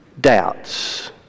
doubts